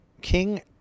King